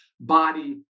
body